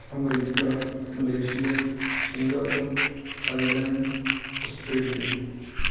America Malaysia Singapore Thailand Australia